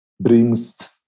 brings